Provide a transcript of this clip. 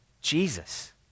Jesus